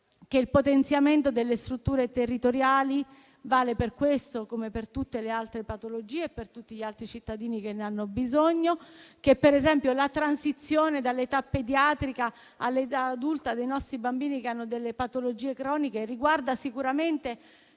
che il potenziamento delle strutture territoriali vale per queste come per tutte le altre patologie e per tutti gli altri cittadini che ne hanno bisogno e che, per esempio, la transizione dall'età pediatrica all'età adulta dei nostri bambini con patologie croniche riguarda sicuramente